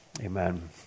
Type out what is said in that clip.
Amen